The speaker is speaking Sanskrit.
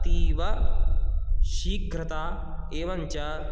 अतीव शीघ्रता एवञ्च